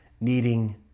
needing